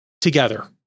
together